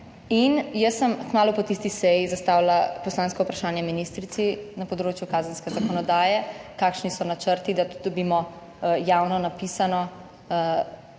In jaz sem kmalu po tisti seji zastavila poslansko vprašanje ministrici na področju kazenske zakonodaje, kakšni so načrti, da dobimo javno napisano